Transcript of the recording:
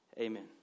Amen